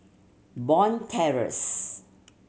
Bond Terrace